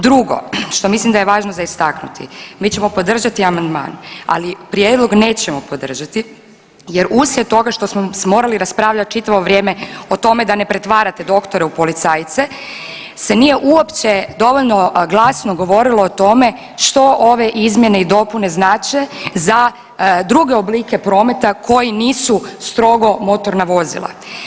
Drugo što mislim da je važno za istaknuti, mi ćemo podržati amandman, ali prijedlog nećemo podržati jer uslijed toga što smo morali raspravljati čitavo vrijeme o tome da ne pretvarate doktore u policajce se nije uopće dovoljno glasno govorilo o tome što ove izmjene i dopune znače za druge oblike prometa koji nisu strogo motorna vozila.